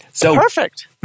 Perfect